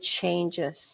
changes